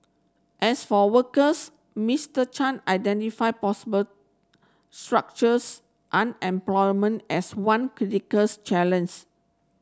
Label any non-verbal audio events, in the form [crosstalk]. as for workers Mister Chan identified possible structures unemployment as one critical [unintelligible]